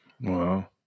Wow